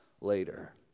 later